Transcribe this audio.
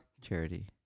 Charity